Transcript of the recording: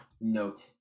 note